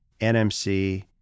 NMC